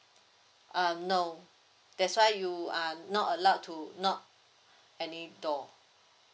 err no that's why you are not allowed to knock any door